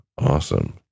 Awesome